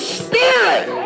spirit